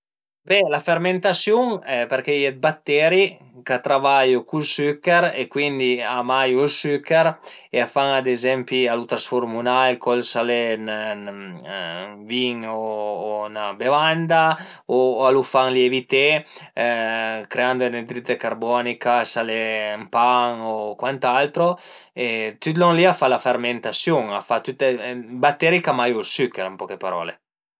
Be la fermentasiun, përché a ie dë batteri ch'a travaiu cun ël süchèr e cuindi a maiu ël süchèr e a fan ad ezempi a lu transfurmu ël alcol s'al e ën vin o 'na bevanda o a lu fan lievité creand anidride carbonica s'al e ën pan o cuant'altro e tüt lon li a fa la fermentasiun, a fa tüte, batteri ch'a maiu ël süchèr ën poche parole